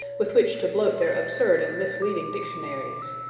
with which to bloat their absurd and misleading dictionaries.